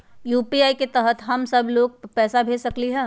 UPI के तहद हम सब लोग को पैसा भेज सकली ह?